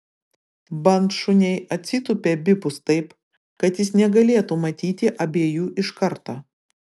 bandšuniai atsitūpė abipus taip kad jis negalėtų matyti abiejų iškarto